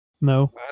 No